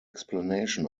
explanation